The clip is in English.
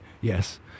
Yes